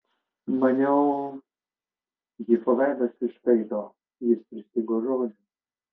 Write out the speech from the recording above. maniau hifo veidas iškaito jis pristigo žodžių